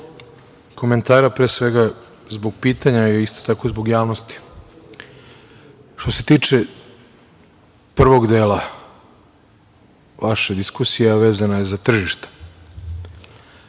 komentara, pre svega, zbog pitanja, a isto tako zbog javnosti. Što se tiče prvog dela vaše diskusije, a vezana je za tržište,